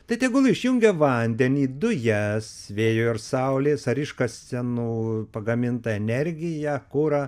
tai tegul išjungia vandenį dujas vėjo ir saulės ar iškasenų pagamintą energiją kurą